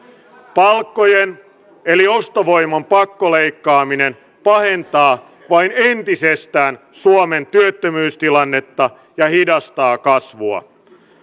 palkkojen eli ostovoiman pakkoleikkaaminen pahentaa vain entisestään suomen työttömyystilannetta ja hidastaa kasvua